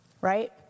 right